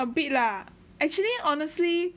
a bit lah actually honestly